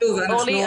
--- אין לנו